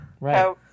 Right